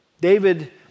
David